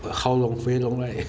but how long very long right